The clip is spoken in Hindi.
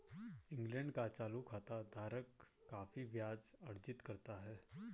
इंग्लैंड का चालू खाता धारक काफी ब्याज अर्जित करता है